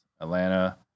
Atlanta